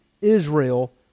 Israel